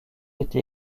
été